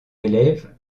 élèves